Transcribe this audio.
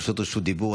ובקשות רשות דיבור,